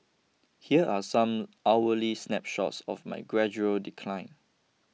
here are some hourly snapshots of my gradual decline